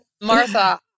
Martha